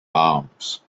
arms